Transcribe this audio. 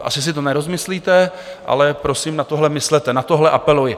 Asi si to nerozmyslíte, ale prosím, na tohle myslete, na tohle apeluji.